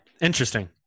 Interesting